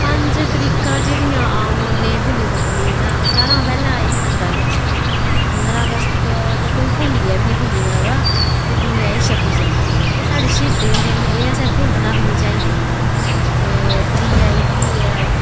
पंज तरीकां जेहडियां आंऊ नेई भुल्ली सकनी तां सारे कोला पैहलें आई पंदरा अगस्त पदंरा अगस्त ते कोई भुल्ली बी नेई भुल्ली सकदा ते दूई आई छब्बी जनबरी एह् साढ़े श्हीदें दे दिन ना एह् आसें भुल्लना बी नेई चाहिदे ते त्री आई उठी ऐ